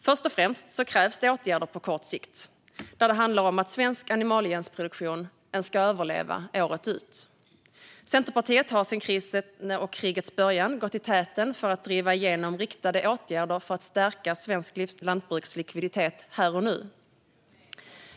Först och främst krävs det åtgärder på kort sikt, där det handlar om hur svensk animalieproduktion ens ska överleva året ut. Centerpartiet har sedan krisens och krigets början gått i täten för att driva igenom riktade åtgärder för att stärka svenskt lantbruks likviditet här och nu.